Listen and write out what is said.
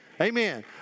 Amen